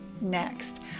next